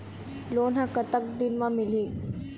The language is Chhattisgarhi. लोन ह कतक दिन मा मिलही?